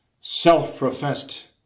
self-professed